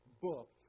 book